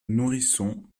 nourrisson